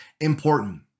important